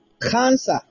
Cancer